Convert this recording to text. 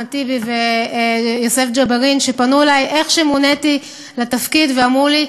אחמד טיבי ויוסף ג'בארין שפנו אלי מייד לאחר שמוניתי לתפקיד ואמרו לי: